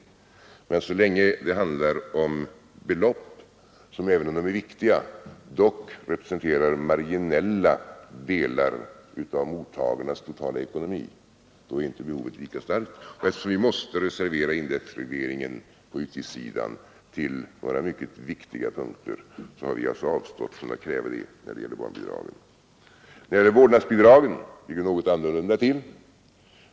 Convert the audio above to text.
Men så länge det handlar om belopp, som även om de är viktiga dock representerar marginella delar av mottagarnas totala ekonomi, är inte behovet lika starkt, och eftersom det är nödvändigt att begränsa indexregleringen på utgiftssidan till några viktiga punkter har vi alltså avstått från sådana krav när det gäller barnbidragen. Med vårdnadsbidragen ligger det något annorlunda till.